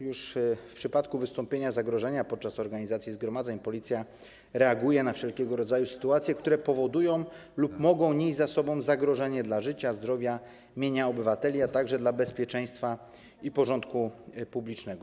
Już w przypadku wystąpienia zagrożenia podczas organizacji zgromadzeń policja reaguje na wszelkiego rodzaju sytuacje, które niosą lub mogą nieść za sobą zagrożenie dla życia, zdrowia, mienia obywateli, ale także bezpieczeństwa i porządku publicznego.